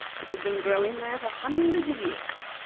which has been growing there for hundreds of years.